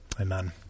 Amen